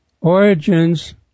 Origins